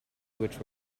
which